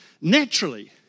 naturally